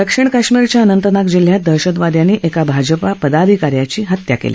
दक्षिण कश्मीरच्या अनंतनाग जिल्ह्यात दहशतवाद्यांनी एका भाजपा पदाधिकाऱ्याची हत्या केली